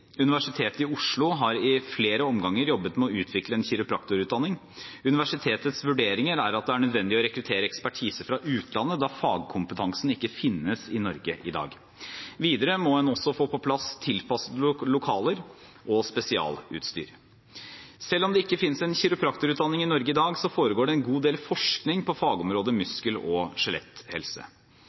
Universitetet i Oslo har i flere omganger jobbet med å utvikle en kiropraktorutdanning. Universitetets vurderinger er at det er nødvendig å rekruttere ekspertise fra utlandet, da fagkompetansen ikke finnes i Norge i dag. Videre må en også få på plass tilpassede lokaler og spesialutstyr. Selv om det ikke finnes en kiropraktorutdanning i Norge i dag, foregår det en god del forskning på fagområdet muskel- og skjeletthelse.